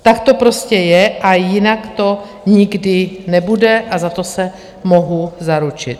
Tak to prostě je a jinak to nikdy nebude a za to se mohu zaručit.